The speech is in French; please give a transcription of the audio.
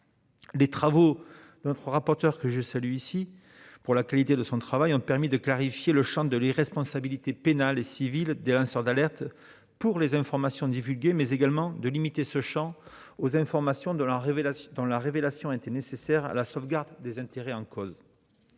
les travaux de notre rapporteur, que je salue, ont permis de clarifier le champ de l'irresponsabilité pénale et civile des lanceurs d'alerte pour les informations divulguées, mais également de limiter ce champ aux informations dont la révélation était nécessaire à la sauvegarde des intérêts en cause.